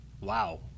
Wow